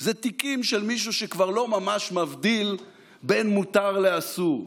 זה תיקים של מישהו שכבר לא ממש מבדיל בין מותר לאסור.